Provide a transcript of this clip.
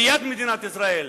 ליד מדינת ישראל.